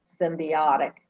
symbiotic